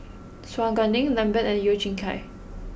Su Guaning Lambert and Yeo Kian Chai